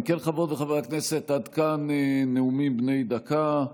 אם כן, חברות וחברי הכנסת, עד כאן נאומים בני דקה.